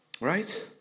right